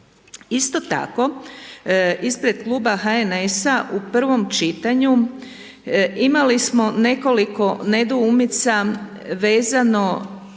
Isto tako, ispred kluba HNS-a, u prvom čitanju, imali smo nekoliko nedoumica vezano